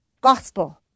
gospel